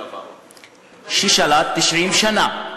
ששלט 90 שנה.